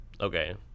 okay